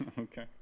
Okay